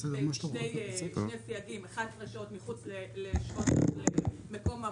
בשני סייגים: 11 שעות מחוץ למקום עבודה,